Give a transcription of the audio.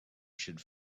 should